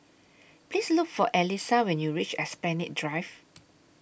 Please Look For Elyssa when YOU REACH Esplanade Drive